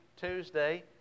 Tuesday